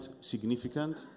significant